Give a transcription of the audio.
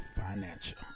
Financial